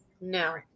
No